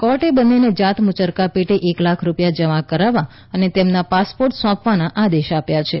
કોર્ટે બંનેને જાત મુચરકા પેટે એક લાખ રૂપિયા જમા કરવા અને તેમના પાસપોર્ટ સોંપવાના આદેશ આપ્યા છે